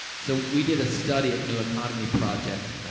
so, we did a study at new economy project, ah,